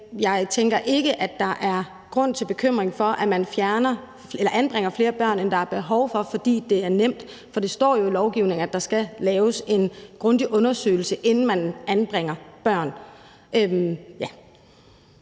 jeg tænker ikke, at der er grund til bekymring for, at man fjerner eller anbringer flere børn, end der er behov for, fordi det er nemt. For det står jo i lovgivningen, at der skal laves en grundig undersøgelse, inden man anbringer børn.